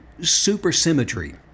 supersymmetry